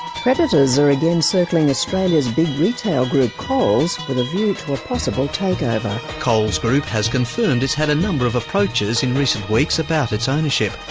predators are again circling australia's big retail group coles, with a view to a possible takeover. coles group has confirmed it's had a number of approaches in recent weeks about its ownership.